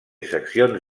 seccions